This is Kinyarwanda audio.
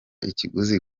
ikiguzi